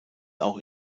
auch